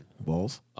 Balls